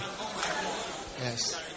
Yes